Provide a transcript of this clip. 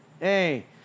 hey